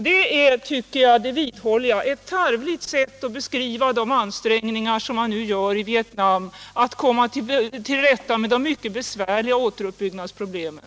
Jag vidhåller att det var ett tarvligt sätt att beskriva de ansträngningar man nu gör i Vietnam för att komma till rätta med de mycket besvärliga återuppbyggnadsproblemen.